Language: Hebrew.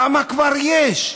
כמה כבר יש?